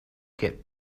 get